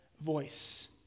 voice